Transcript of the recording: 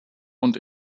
und